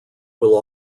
will